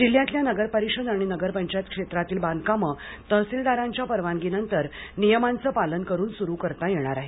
जिल्ह्यातल्या नगरपरिषद आणि नगरपंचायत क्षेत्रातील बांधकामे तहसीलदारांच्या परवानगीनंतर नियमांचे पालन करून सुरू करता येणार आहेत